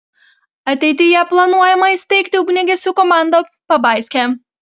ateityje planuojama įsteigti ugniagesių komandą pabaiske